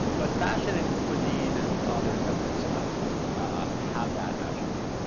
but fashion and cuisine and others that we discussed have that attribute.